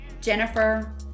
Jennifer